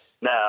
No